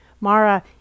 Mara